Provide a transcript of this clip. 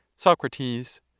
Socrates